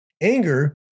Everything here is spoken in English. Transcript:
anger